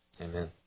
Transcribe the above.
Amen